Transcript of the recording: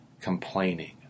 complaining